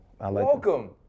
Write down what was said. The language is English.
Welcome